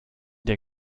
der